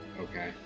Okay